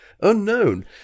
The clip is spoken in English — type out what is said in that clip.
Unknown